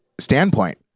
standpoint